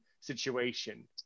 situation